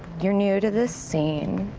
you're new to this scene.